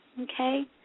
okay